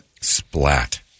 Splat